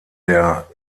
der